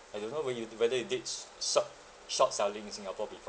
I don't know whe~ you did whether you did s~ short short selling in singapore before